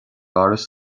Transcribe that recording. áras